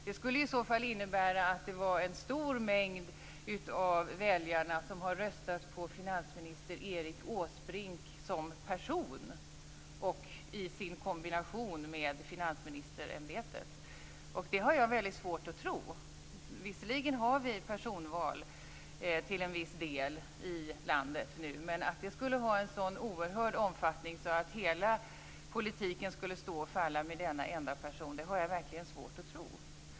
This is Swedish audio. Det skulle i så fall innebära att det var en stor mängd väljare som röstade på finansminister Erik Åsbrink som person i kombination med finansministerämbetet. Det har jag väldigt svårt att tro. Visserligen har vi nu till en viss del personval i landet. Men att det skulle ha en sådan oerhörd omfattning att hela politiken skulle stå och falla med denna enda person har jag verkligen svårt att tro.